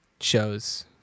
shows